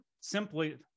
simply